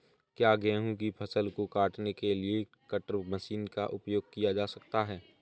क्या गेहूँ की फसल को काटने के लिए कटर मशीन का उपयोग किया जा सकता है?